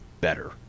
better